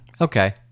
Okay